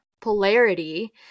polarity